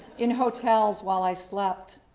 in hotels while i slept.